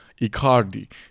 Icardi